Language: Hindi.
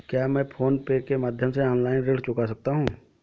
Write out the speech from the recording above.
क्या मैं फोन पे के माध्यम से ऑनलाइन ऋण चुका सकता हूँ?